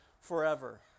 forever